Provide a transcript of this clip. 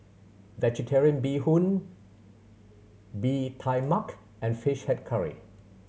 Vegetarian Bee Hoon Bee Tai Mak and Fish Head Curry